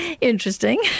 interesting